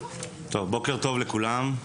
בוקר טוב לכולם,